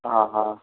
ਹਾਂ ਹਾਂ